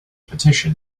petition